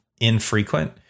infrequent